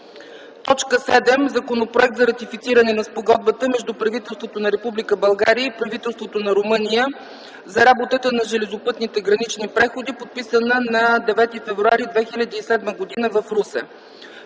ч. 7. Законопроект за ратифициране на Спогодбата между правителството на Република България и правителството на Румъния за работата на железопътните гранични преходи, подписана на 9 февруари 2007 г. в Русе.